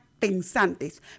pensantes